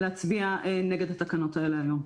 להצביע נגד התקנות האלה היום.